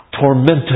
Tormented